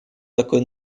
такой